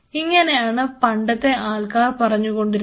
ഇങ്ങനെയാണ് പണ്ടത്തെ ആൾക്കാർ പറഞ്ഞുകൊണ്ടിരുന്നത്